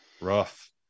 rough